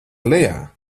lejā